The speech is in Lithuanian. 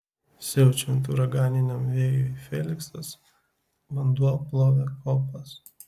siaučiant uraganiniam vėjui feliksas vanduo plovė kopas